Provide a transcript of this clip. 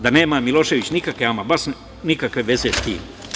Da nema Milošević ama baš nikakve veze sa tim.